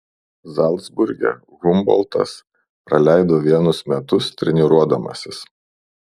zalcburge humboltas praleido vienus metus treniruodamasis